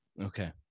Okay